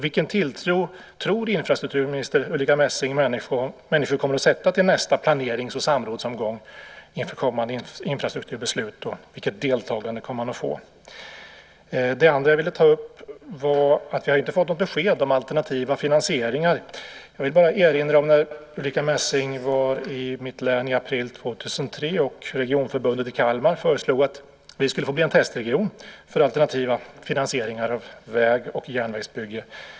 Vilken tilltro tror infrastrukturminister Ulrika Messing att människor kommer att sätta till nästa planerings och samrådsomgång inför kommande infrastrukturbeslut, och vilket deltagande kommer man att få? Vi har inte fått något besked om alternativa finansieringar. Jag vill erinra om när Ulrika Messing var i mitt län i april 2003 och regionförbundet i Kalmar föreslog att vi skulle få bli en testregion för alternativa finansieringar av väg och järnvägsbyggen.